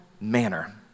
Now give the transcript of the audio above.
manner